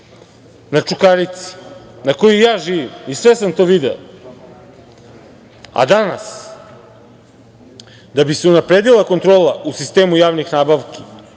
na Čukarici, na kojoj ja živim i sve sam to video, a danas da bi se unapredila kontrola u sistemu javnih nabavki